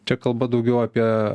čia kalba daugiau apie